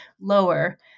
lower